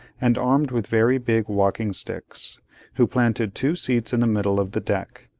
and armed with very big walking sticks who planted two seats in the middle of the deck,